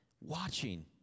watching